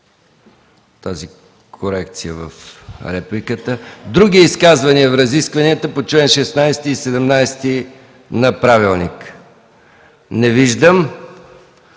тази корекция в репликата? Други изказвания в разискванията по чл. 16 и 17 от правилника? Не виждам.